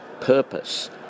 Purpose